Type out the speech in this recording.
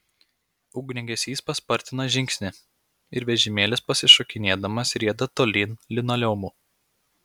ugniagesys paspartina žingsnį ir vežimėlis pasišokinėdamas rieda tolyn linoleumu